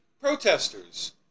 protesters